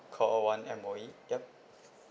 call one M_O_E yup